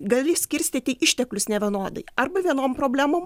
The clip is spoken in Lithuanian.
gali skirstyti išteklius nevienodai arba vienom problemom